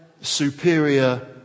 superior